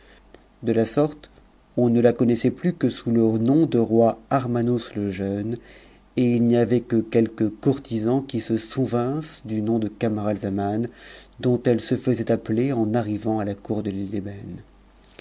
de la sorte on ne la connaissait plus que sous le nom de roi armanos le jeune et il y avait que quelques courtisans qui se souvinssent du nom de camaralzaman dont elle se taisait appeler en arrivant à la cour de l'ile